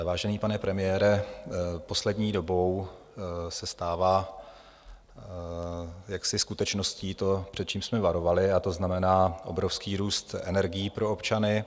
Vážený pane premiére, poslední dobou se stává jaksi skutečností to, před čím jsme varovali, a to znamená obrovský růst energií pro občany.